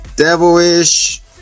devilish